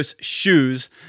shoes